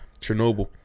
Chernobyl